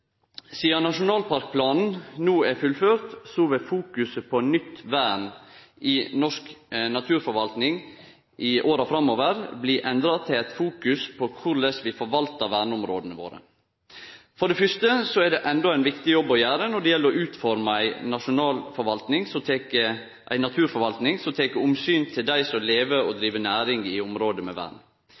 Sidan nasjonalparkplanen no er fullført, vil fokuset på nytt vern i norsk naturforvalting i åra framover bli endra til eit fokus på korleis vi forvaltar verneområda våre. For det fyrste er det endå ein viktig jobb å gjere når det gjeld å utforme ei naturforvalting som tek omsyn til dei som lever og driv næring i område med vern.